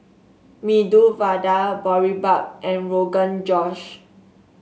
Medu Vada Boribap and Rogan Josh